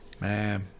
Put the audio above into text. Man